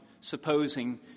supposing